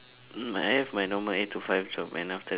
mm I have my normal eight to five job and after that